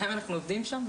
גם אם אנחנו עובדים שם,